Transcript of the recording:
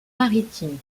maritime